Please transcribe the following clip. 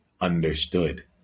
understood